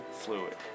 fluid